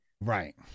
Right